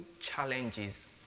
challenges